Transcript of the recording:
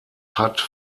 hat